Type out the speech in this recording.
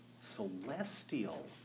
celestial